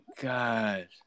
god